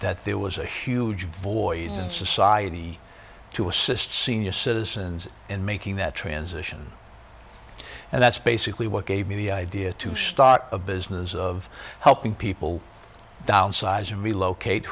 that there was a huge void in society to assist senior citizens in making that transition and that's basically what gave me the idea to start a business of helping people downsize relocate